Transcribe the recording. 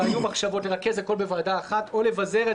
והיו מחשבות לרכז הכול בוועדה אחת או לבזר את